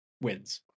wins